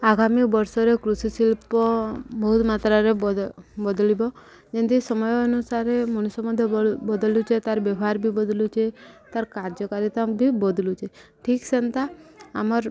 ଆଗାମୀ ବର୍ଷରେ କୃଷି ଶିଳ୍ପ ବହୁତ ମାତ୍ରାରେ ବଦଳିବ ଯେମିତି ସମୟ ଅନୁସାରେ ମଣିଷ ମଧ୍ୟ ବଦଳୁଛେ ତାର୍ ବ୍ୟବହାର ବି ବଦଳୁଛେ ତାର୍ କାର୍ଯ୍ୟକାରିତାମ ବି ବଦଳୁଛେ ଠିକ୍ ସେନ୍ତା ଆମର୍